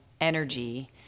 energy